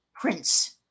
Prince